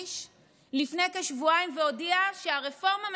לפני כשבועיים והודיע שהרפורמה מבוטלת וחוזרים,